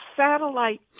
Satellite